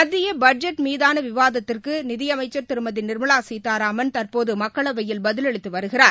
மத்தியபட்ஜெட் மீதானவிவாதத்திற்குநிதிஅமைச்சா் திருமதிநிா்மலாசீதாராமன் தற்போதுமக்களவையில் பதிலளித்துவருகிறார்